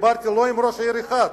ודיברתי לא עם ראש עיר אחד,